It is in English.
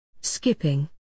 Skipping